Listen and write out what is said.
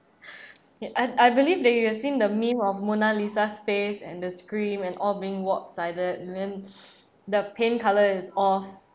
ya I I believe that you have seen the meme of mona lisa space and the scream and or being wop sided even the paint color is off